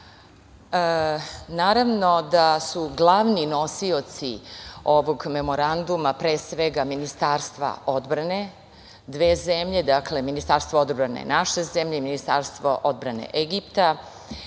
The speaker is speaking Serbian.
Egipat. Naravno da su glavni nosioci ovog memoranduma, pre svega, ministarstva odbrane dve zemlje, dakle, Ministarstvo odbrane naše zemlje i Ministarstvo odbrane Egipta,